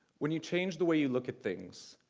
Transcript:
when you change the way you look at things,